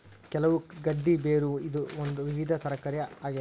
ಕೆಸವು ಗಡ್ಡಿ ಬೇರು ಇದು ಒಂದು ವಿವಿಧ ತರಕಾರಿಯ ಆಗೇತಿ